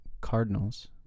Cardinals